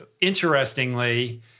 interestingly